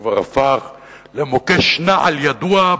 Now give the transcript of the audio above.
הוא כבר הפך למוקש נעל ידוע,